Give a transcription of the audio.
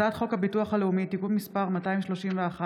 הצעת חוק הביטוח הלאומי (תיקון מס' 231)